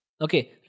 Okay